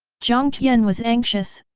jiang tian was anxious,